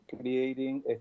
creating